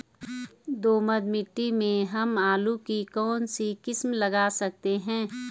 दोमट मिट्टी में हम आलू की कौन सी किस्म लगा सकते हैं?